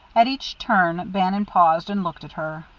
at each turn, bannon paused and looked at her.